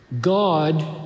God